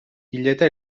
hileta